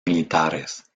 militares